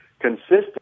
consistent